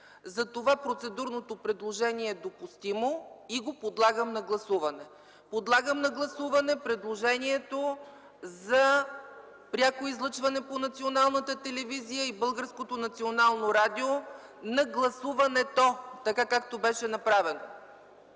Затова процедурното предложение е допустимо и го подлагам на гласуване. Подлагам на гласуване предложението за пряко излъчване по Българската национална телевизия и Българското национално радио на гласуването, така както беше направено